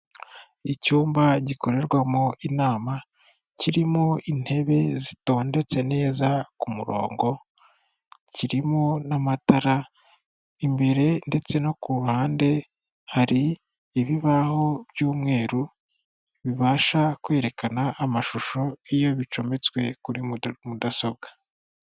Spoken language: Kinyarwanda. Icyumba gikorerwamo inama, kirimo intebe zitondetse neza ku murongo, kirimo n'amatara, imbere ndetse no ku ruhande hari ibibaho by'umweru bibasha kwerekana amashusho iyo bicometswe kuri mudasobwa.